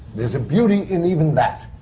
there's a beauty in even that,